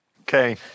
Okay